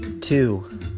two